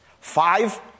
Five